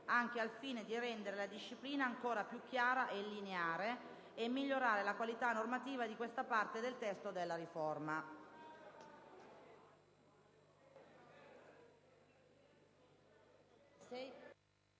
anche al fine di rendere la disciplina ancora più chiara e lineare e migliorare la qualità normativa di questa parte del testo della riforma.